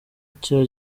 cya